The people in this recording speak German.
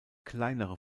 kleinere